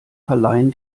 verleihen